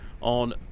On